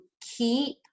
keep